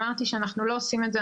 אמרתי שאנחנו לא עושים את זה,